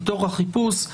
מתוך החיפוש.